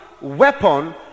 weapon